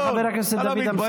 תודה, חבר הכנסת דוד אמסלם.